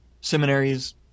seminaries